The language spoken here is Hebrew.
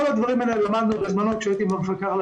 כל הדברים האלה למדנו בזמנו כשהייתי במפקח על